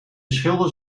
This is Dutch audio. schilders